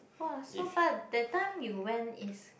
!wah! so but that time you went is